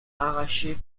arrachées